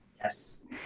Yes